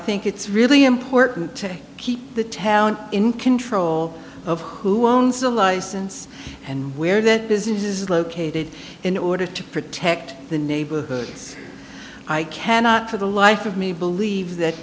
think it's really important to keep the town in control of who owns the license and where that business is located in order to protect the neighborhoods i cannot for the life of me believe that